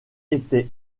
était